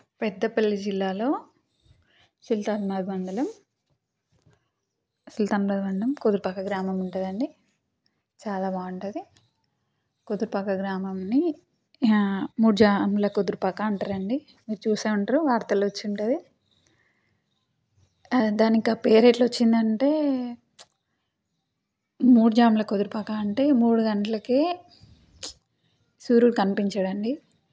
పెద్దపల్లి జిల్లాలో సుల్తాన్ వారి మండలం సుల్తాన్ వారి మండలం కుదురుపాక గ్రామం ఉంటదండి చాలా బాగుంటది కుదురుపాక గ్రామంని మూడు జాముల కుదురుపాక అంటారండి మీరు చూసే ఉంటారు వార్తల్లో వచ్చుంటది దానికి ఆ పేరు ఎట్లా వచ్చిందంటే మూడు జాముల కుదురుపాక అంటే మూడు గంటలకే సూర్యుడు కనిపించడండీ